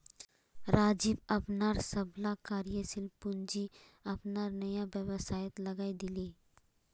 राजीव अपनार सबला कार्यशील पूँजी अपनार नया व्यवसायत लगइ दीले